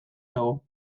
dago